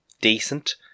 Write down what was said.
decent